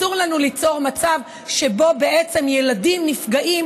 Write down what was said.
אסור לנו ליצור מצב שבו בעצם ילדים נפגעים